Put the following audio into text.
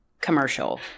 commercial